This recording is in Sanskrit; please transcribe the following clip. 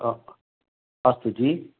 हा अस्तु जि